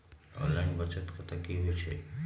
Online बचत खाता की होई छई?